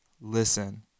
Listen